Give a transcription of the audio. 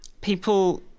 people